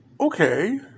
Okay